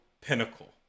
pinnacle